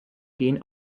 gen